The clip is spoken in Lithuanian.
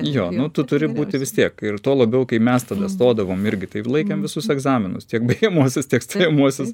jo nu tu turi būti vis tiek ir tuo labiau kai mes tada stodavom irgi tai laikėm visus egzaminus tiek baigiamuosius tiek stojamuosius